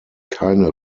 keine